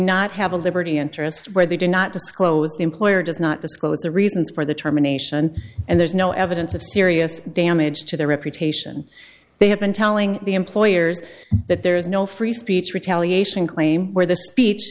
not have a liberty interest where they do not disclose the employer does not disclose the reasons for the termination and there's no evidence of serious damage to their reputation they have been telling the employers that there is no free speech retaliation claim where the